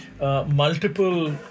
Multiple